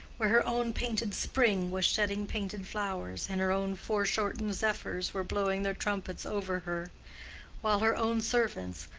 where her own painted spring was shedding painted flowers, and her own fore-shortened zephyrs were blowing their trumpets over her while her own servants,